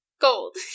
Gold